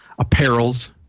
apparels